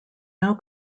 now